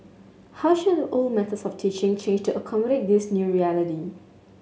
how should old methods of teaching change to accommodate this new reality